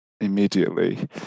immediately